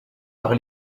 par